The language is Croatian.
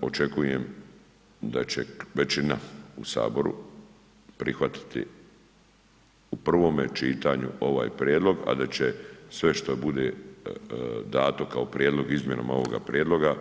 očekujem da će većina u HS prihvatiti u prvome čitanju ovaj prijedlog, a da će sve što bude dato kao prijedlog izmjenama ovoga prijedloga,